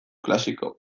klasiko